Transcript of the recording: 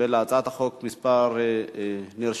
ולהצעת החוק מספר נרשמים